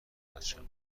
بچم